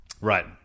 Right